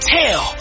tell